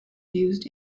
used